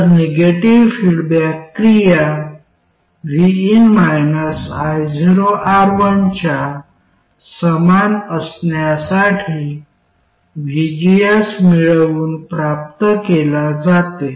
तर negative feedback क्रिया vin ioR1 च्या समान असण्यासाठी vgs मिळवून प्राप्त केला जाते